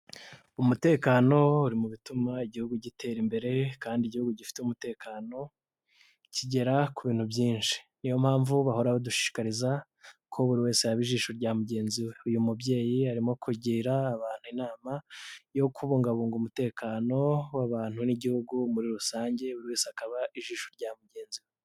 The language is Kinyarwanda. Umutekano uri mu bituma igihugu gitera imbere kandi igihugu gifite umutekano kigera ku bintu byinshi, ni yo mpamvu bahora badushikariza ko buri wese yaba ijisho rya mugenzi we, uyu mubyeyi arimo kugira abantu inama yo kubungabunga umutekano w'abantu n'igihugu muri rusange, buri wese akaba ijisho rya mugenzi we.